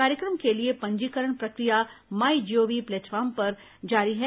कार्यक्रम के लिए पंजीकरण प्रक्रिया माई जीओवी प्लेटफॉर्म पर जारी है